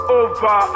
over